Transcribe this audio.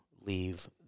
leave